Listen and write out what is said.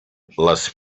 les